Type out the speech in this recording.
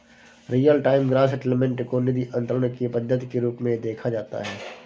real time gross settlement को निधि अंतरण की पद्धति के रूप में देखा जाता है